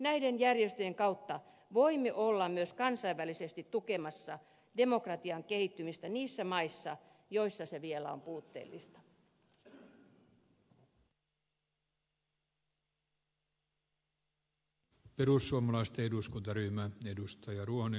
näiden järjestöjen kautta voimme olla myös kansainvälisesti tukemassa demokratian kehittymistä niissä maissa joissa se vielä on puutteellista